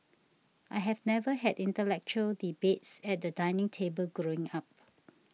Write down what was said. I've never had intellectual debates at the dining table growing up